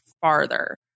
farther